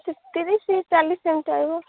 ସେ ତିରିଶ ଚାଳିଶ ଏମିତି ଆଇବ